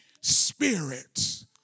Spirit